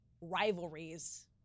rivalries